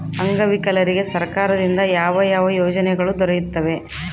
ಅಂಗವಿಕಲರಿಗೆ ಸರ್ಕಾರದಿಂದ ಯಾವ ಯಾವ ಯೋಜನೆಗಳು ದೊರೆಯುತ್ತವೆ?